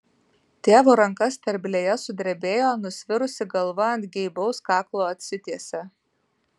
tėvo ranka sterblėje sudrebėjo nusvirusi galva ant geibaus kaklo atsitiesė